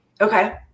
Okay